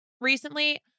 recently